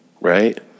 Right